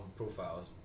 profiles